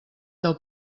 del